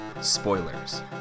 spoilers